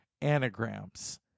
anagrams